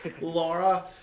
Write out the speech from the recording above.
Laura